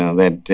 ah that